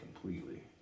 completely